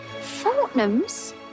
Fortnum's